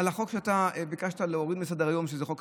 על החוק שאתה ביקשת להוריד מסדר-היום,